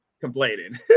complaining